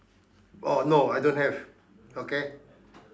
oh no I don't have okay